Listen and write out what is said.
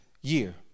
year